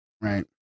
Right